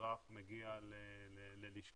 האזרח יגיע ללשכה,